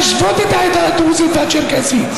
להשוות את העדה הדרוזית והצ'רקסית,